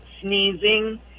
sneezing